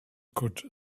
could